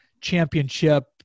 championship